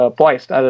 poised